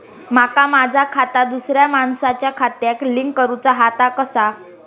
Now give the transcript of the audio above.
माका माझा खाता दुसऱ्या मानसाच्या खात्याक लिंक करूचा हा ता कसा?